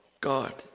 God